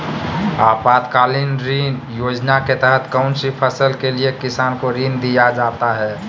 आपातकालीन ऋण योजना के तहत कौन सी फसल के लिए किसान को ऋण दीया जाता है?